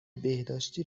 بهداشتی